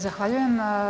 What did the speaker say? Zahvaljujem.